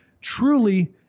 truly